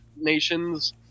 nations